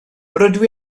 rydw